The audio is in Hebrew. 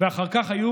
ואחר כך היו